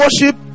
Worship